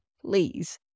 please